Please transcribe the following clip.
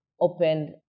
opened